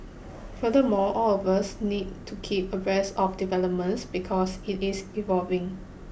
furthermore all of us need to keep abreast of developments because it is evolving